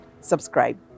subscribe